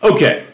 Okay